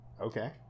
Okay